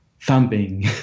thumping